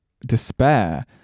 despair